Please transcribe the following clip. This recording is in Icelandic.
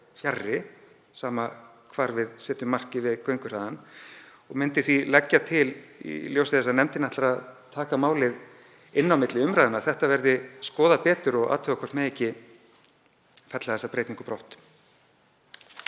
fjarri, sama hvar við setjum markið við gönguhraðann. Ég myndi því leggja til, í ljósi þess að nefndin ætlar að taka málið inn á milli umræðna, að þetta verði skoðað betur og athugað hvort ekki megi fella þessa breytingu brott.